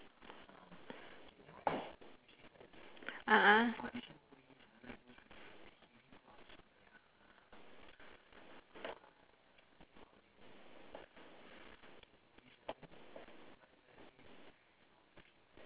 a'ah